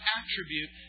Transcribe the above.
attribute